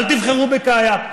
אל תבחרו בקאיה.